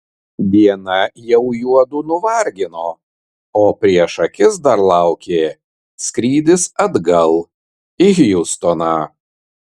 diena jau juodu nuvargino o prieš akis dar laukė skrydis atgal į hjustoną